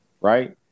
right